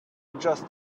just